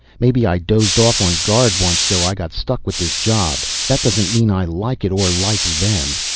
maybe i dozed off on guard once so i got stuck with this job. that doesn't mean i like it or like them.